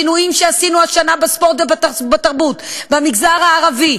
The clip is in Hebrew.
השינויים שעשינו השנה בספורט ובתרבות במגזר הערבי